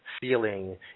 feeling